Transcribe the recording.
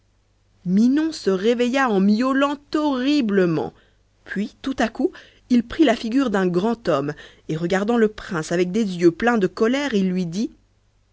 minon se réveilla en miaulant horriblement puis tout à coup il prit la figure d'un grand homme et regardant le prince avec des yeux pleins de colère il lui dit